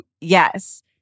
Yes